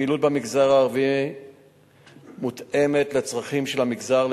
הפעילות במגזר הערבי מותאמת לצרכים של המגזר,